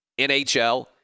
NHL